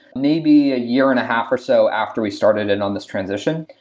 maybe a year and a half or so after we started it on this transition,